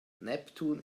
neptun